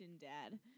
dad